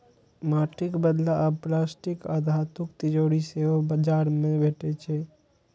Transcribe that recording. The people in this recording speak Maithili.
माटिक बदला आब प्लास्टिक आ धातुक तिजौरी सेहो बाजार मे भेटै छै